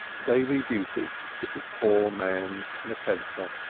daily duty is the poor man's nepenthe.